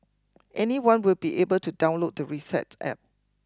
anyone will be able to download the Reset App